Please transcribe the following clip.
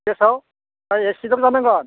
गेसाव जानांगोन